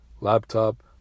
laptop